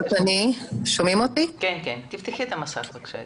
אני מורה לחינוך מיוחד, תושבת ירושלים.